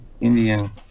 Indian